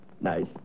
Nice